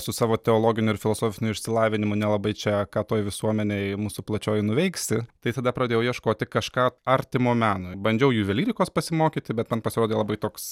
su savo teologiniu ir filosofiniu išsilavinimu nelabai čia ką toj visuomenėj mūsų plačioj nuveiksi tai tada pradėjau ieškoti kažką artimo menui bandžiau juvelyrikos pasimokyti bet man pasirodė labai toks